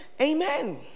Amen